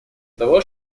того